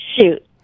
Shoot